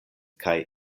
kaj